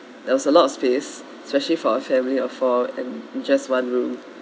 there was a lot of space especially for a family of four and just one room